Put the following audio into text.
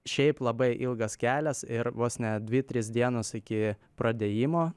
šiaip labai ilgas kelias ir vos ne dvi trys dienos iki pradėjimo